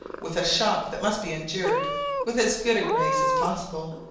with a shock that must be endured with as good a grace as possible.